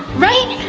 right?